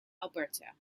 alberta